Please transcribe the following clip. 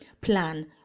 plan